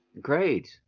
Great